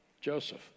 Joseph